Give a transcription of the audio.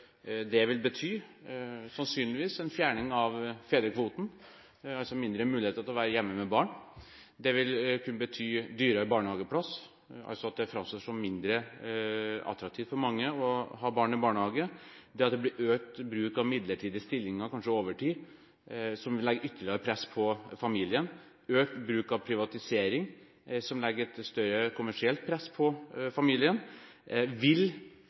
det sannsynligvis vil bety en fjerning av fedrekvoten – altså mindre mulighet til å være hjemme med barn. Det vil kunne bety dyrere barnehageplass, og at det vil framstå som mindre attraktivt for mange å ha barn i barnehage. Det vil bli økt bruk av midlertidige stillinger, kanskje over tid, som vil legge ytterligere press på familien, og økt bruk av privatisering, noe som legger et større kommersielt press på familien. Spørsmålet er: Vil